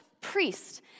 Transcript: priest